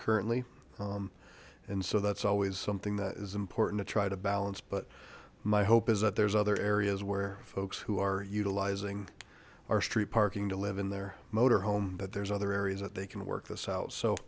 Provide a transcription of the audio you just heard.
currently and so that's always something that is important to try to balance but my hope is that there's other areas where folks who are utilizing our street parking to live in their motor home that there's they're areas that they can work this out so